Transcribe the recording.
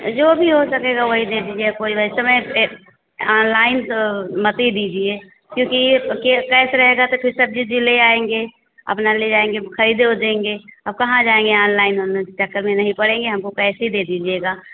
जो भी हो सकेगा वहीं दे दीजिए कोई वैसे मैं ए ऑनलाइन तो मत ही दीजिए क्योंकि के केसे रहेगा तो फ़िर सब्ज़ी उबजी ले आएँगे अपना ले जाएँगे खरीदे और देंगे अब कहाँ जाएँगे ऑनलाइन ऑनलाइन के चक्कर में नहीं पड़ेंगे हमको पैसे ही दे दीजिएगा